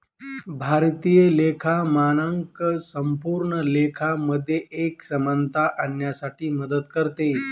भारतीय लेखा मानक संपूर्ण लेखा मध्ये एक समानता आणण्यासाठी मदत करते